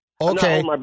Okay